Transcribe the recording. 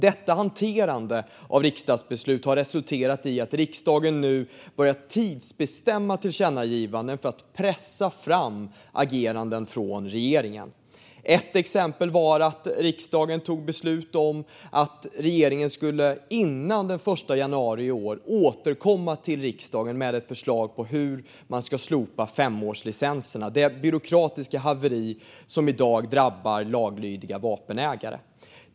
Detta hanterande av riksdagsbeslut har resulterat i att riksdagen nu börjat tidsbestämma tillkännagivanden för att pressa fram ageranden från regeringen. Ett exempel var att riksdagen tog beslut om att regeringen innan den 1 januari i år skulle återkomma till riksdagen med ett förslag på hur man ska slopa femårslicenserna, det byråkratiska haveri som i dag drabbar laglydiga vapenägare.